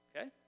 Okay